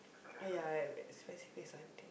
!aiya! expensive place or anything